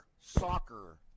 Soccer